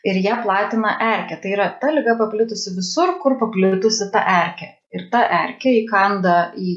ir ją platina erkė tai yra ta liga paplitusi visur kur paplitusi ta erkė ir ta erkė įkanda į